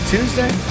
Tuesday